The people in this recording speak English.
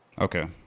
Okay